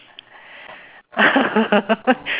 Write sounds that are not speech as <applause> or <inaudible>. <laughs>